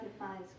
defines